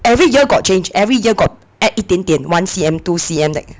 every year got change every year got add 一点点 one C_M two C_M t~